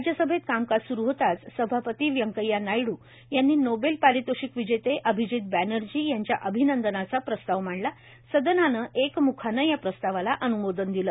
राज्यसभेत कामकाज सुरू होताच सभापती व्यंकय्या नायडू यांनी नोबेल पारितोषिक विजेते अभिजीत बॅनर्जी यांच्या अभिनंदनाचा प्रस्ताव मांडला सदनानं एकम्खानं या प्रस्तावाला अन्मोदन दिलं